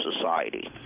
society